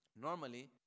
Normally